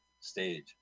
stage